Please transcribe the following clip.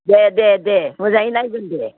दे दे दे मोजाङै नायगोन दे